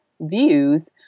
views